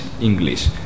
English